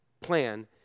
plan